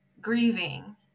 grieving